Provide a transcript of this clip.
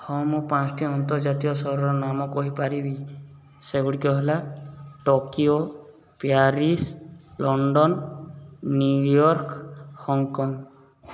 ହଁ ମୁଁ ପାଞ୍ଚଟି ଅନ୍ତର୍ଜାତୀୟ ସହରର ନାମ କହିପାରିବି ସେଗୁଡ଼ିକ ହେଲା Tokyo Paris London New York Hong Kong